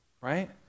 right